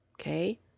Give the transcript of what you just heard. Okay